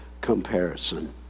comparison